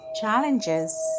challenges